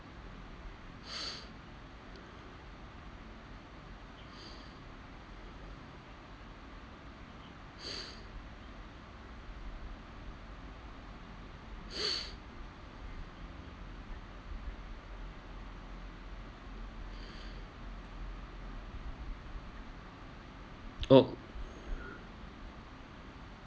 oh